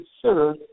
consider